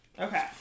okay